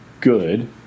good